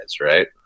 Right